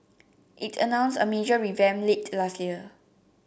it announced a major revamp late last year